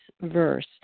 verse